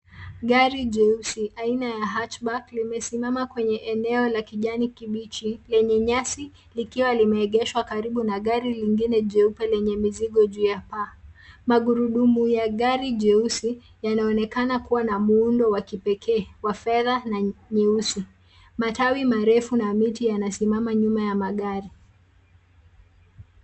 Gari jeusi, aina ya hatchback, limesimama kwenye eneo la kijani kibichi, lenye nyasi likiwa limeegeshwa karibu na gari lingine jeupe lenye mizigo juu ya paa. Magurudumu ya gari jeusi, yanaonekana kuwa na muundo wa kipekee, wa fedha na nyeusi. Matawi marefu na miti yanasimama nyuma ya magari.